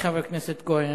חבר הכנסת כהן.